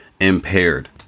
impaired